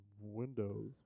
Windows